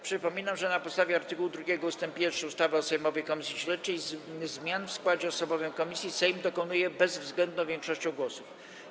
Przypominam, że na podstawie art. 2 ust. 1 ustawy o sejmowej komisji śledczej zmian w składzie osobowym komisji Sejm dokonuje bezwzględną większością głosów.